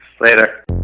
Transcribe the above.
Later